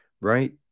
Right